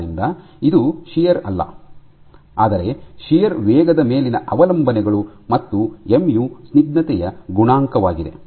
ಆದ್ದರಿಂದ ಇದು ಶಿಯರ್ ಅಲ್ಲ ಆದರೆ ಶಿಯರ್ ವೇಗದ ಮೇಲಿನ ಅವಲಂಬನೆಗಳು ಮತ್ತು ಎಮ್ ಯು ಸ್ನಿಗ್ಧತೆಯ ಗುಣಾಂಕವಾಗಿದೆ